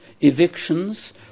evictions